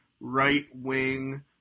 right-wing